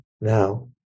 now